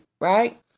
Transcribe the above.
right